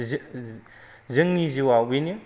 जोंनि जिउआव बेनो